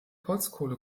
holzkohle